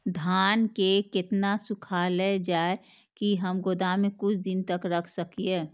धान के केतना सुखायल जाय की हम गोदाम में कुछ दिन तक रख सकिए?